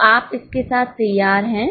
तो आप इसके साथ तैयार हैं